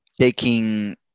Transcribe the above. taking